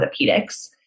orthopedics